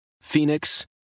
Phoenix